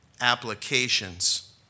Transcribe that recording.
applications